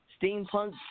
Steampunk